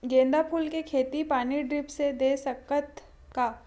गेंदा फूल के खेती पानी ड्रिप से दे सकथ का?